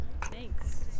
Thanks